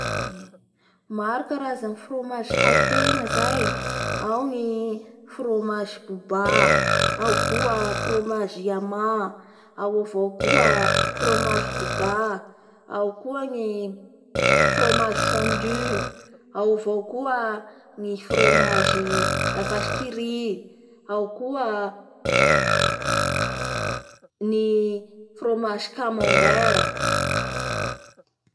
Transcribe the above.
Maro ny karazana fromage haintegna zay. Ao gny fromage boba, ao koa fromage yama, ao avao koa fromage douga ao koa ny fromage fondue. Ao avao koa ny fromage la vache qui rit, ao koa ny fromage camambaire.